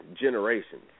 generations